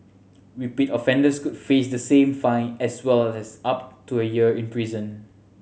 repeat offenders could face the same fine as well as up to a year in prison